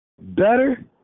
better